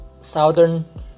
southern